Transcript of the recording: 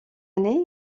année